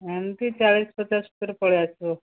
ଏମିତି ଚାଳିଶ ପଚାଶ ଭିତରେ ପଳେଇ ଆସିବ